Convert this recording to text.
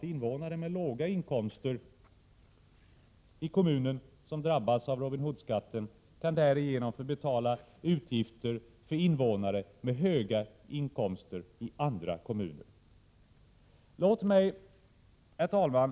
Invånare med låga inkomster i kommuner som drabbas av Robin Hood-skatten kan därigenom få betala utgifter för invånare med höga inkomster i andra kommuner. Herr talman!